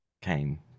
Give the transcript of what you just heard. came